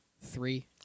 three